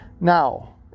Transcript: Now